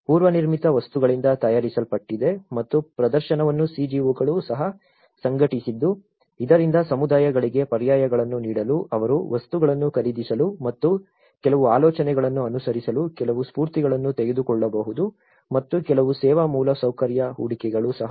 ಪೂರ್ವನಿರ್ಮಿತ ವಸ್ತುಗಳಿಂದ ತಯಾರಿಸಲ್ಪಟ್ಟಿದೆ ಮತ್ತು ಪ್ರದರ್ಶನವನ್ನು CGO ಗಳು ಸಹ ಸಂಘಟಿಸಿದ್ದು ಇದರಿಂದ ಸಮುದಾಯಗಳಿಗೆ ಪರ್ಯಾಯಗಳನ್ನು ನೀಡಲು ಅವರು ವಸ್ತುಗಳನ್ನು ಖರೀದಿಸಲು ಮತ್ತು ಕೆಲವು ಆಲೋಚನೆಗಳನ್ನು ಅನುಸರಿಸಲು ಕೆಲವು ಸ್ಫೂರ್ತಿಗಳನ್ನು ತೆಗೆದುಕೊಳ್ಳಬಹುದು ಮತ್ತು ಕೆಲವು ಸೇವಾ ಮೂಲಸೌಕರ್ಯ ಹೂಡಿಕೆಗಳು ಸಹ ಇವೆ